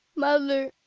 mother,